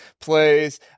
plays